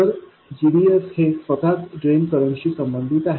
तर gds हे स्वतःच ड्रेन करंट शी संबंधित आहे